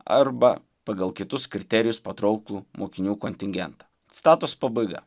arba pagal kitus kriterijus patrauklų mokinių kontingentą citatos pabaiga